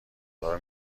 قرار